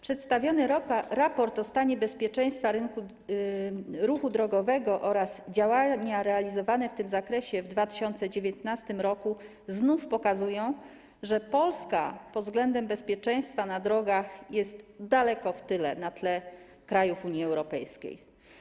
Przedstawiony raport o stanie bezpieczeństwa ruchu drogowego oraz działania realizowane w tym zakresie w 2019 r. znów pokazują, że Polska pod względem bezpieczeństwa na drogach jest daleko w tyle na tle krajów Unii Europejskiej.